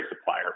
supplier